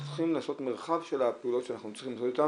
אנחנו צריכים לעשות מרחב של הפעולות שאנחנו צריכים להתמודד איתן.